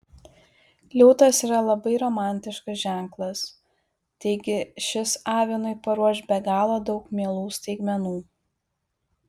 liūtas yra labai romantiškas ženklas taigi šis avinui paruoš be galo daug mielų staigmenų